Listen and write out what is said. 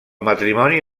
matrimoni